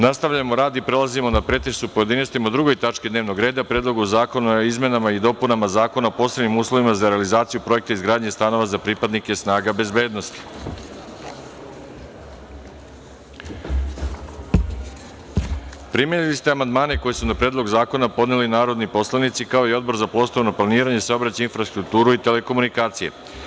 Nastavljamo rad i prelazimo na pretres u pojedinostima o 2. tački dnevnog reda – PREDLOG ZAKONA O IZMENAMA I DOPUNAMA ZAKONA O POSEBNIM USLOVIMA ZA REALIZACIJU PROJEKTA IZGRADNjE STANOVA ZA PRIPADNIKE SNAGA BEZBEDNOSTI Primili ste amandmane, koje su na Predlog zakona, podneli narodni poslanici, kao i Odbor za prostorno planiranje, saobraćaj i infrastrukturu i telekomunikacije.